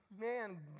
Man